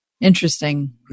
Interesting